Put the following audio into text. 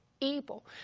evil